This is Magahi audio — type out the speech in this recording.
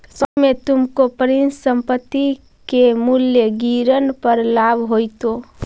शॉर्ट में तुमको परिसंपत्ति के मूल्य गिरन पर लाभ होईतो